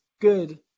good